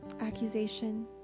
accusation